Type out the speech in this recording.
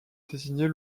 désigner